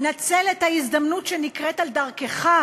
נצל את ההזדמנות שנקרית בדרכך,